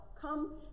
come